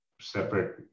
separate